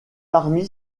parmi